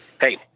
hey